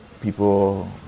people